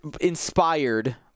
inspired